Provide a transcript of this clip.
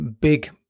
big